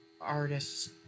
artists